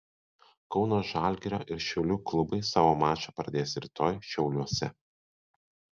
kauno žalgirio ir šiaulių klubai savo mačą pradės rytoj šiauliuose